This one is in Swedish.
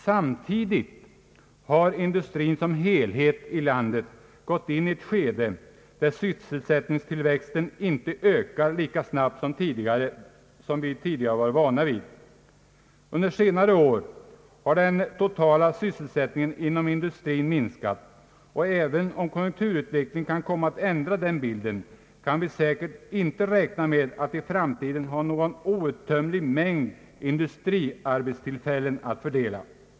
Samtidigt har industrin som helhet i landet gått in i ett skede där sysselsättningstillväxten inte ökar lika snabbt som vi tidigare varit vana vid. Under senare år har den totala sysselsättningen inom industrin minskat, och även om konjunkturutvecklingen kan: komma att ändra den bilden, kan vi säkert inte räkna med att i framtiden ha en outtömlig mängd industriarbetstillfällen att fördela.